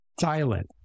silent